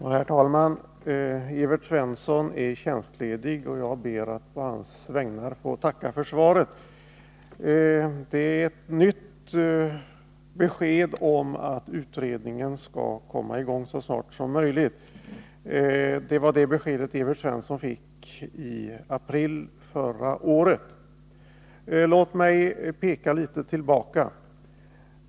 Herr talman! Evert Svensson är tjänstledig, och jag ber att på hans vägnar få tacka för svaret. Det är ännu ett besked om att utredningen skall komma i gång så snart som möjligt. Det beskedet fick Evert Svensson också i april förra året. Låt mig gå litet tillbaka i tiden.